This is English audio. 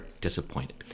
disappointed